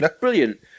Brilliant